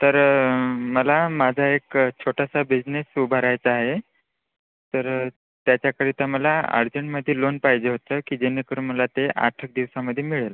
तर मला माझा एक छोटासा बिजनेस उभारायचा आहे तर त्याच्याकरिता मला अर्जंटमध्ये लोन पाहिजे होतं की जेणेकरून मला ते आठ एक दिवसामध्ये मिळेल